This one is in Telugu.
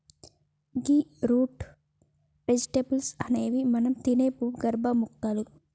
గీ రూట్ వెజిటేబుల్స్ అనేవి మనం తినే భూగర్భ మొక్కలు